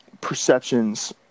perceptions